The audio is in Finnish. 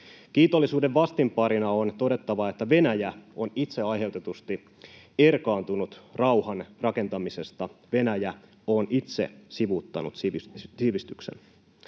Kiitollisuuden vastinparina on todettava, että Venäjä on itse aiheutetusti erkaantunut rauhan rakentamisesta, Venäjä on itse sivuuttanut sivistyksen